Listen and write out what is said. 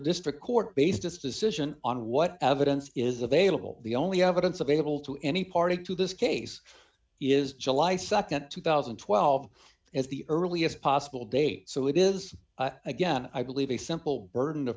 district court based its decision on what evidence is available the only evidence available to any party to this case is july nd two thousand and twelve is the earliest possible date so it is again i believe a simple burden of